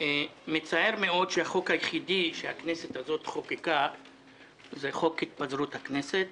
מצער מאוד שהחוק היחידי שהכנסת הזו חוקקה הוא חוק התפזרות הכנסת